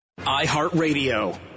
iHeartRadio